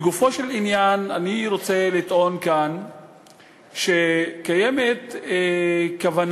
לגופו של עניין אני רוצה לטעון כאן שקיימת כוונה,